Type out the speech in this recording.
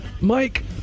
Mike